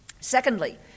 Secondly